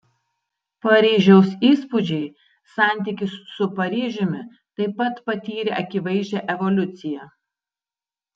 paryžiaus įspūdžiai santykis su paryžiumi taip pat patyrė akivaizdžią evoliuciją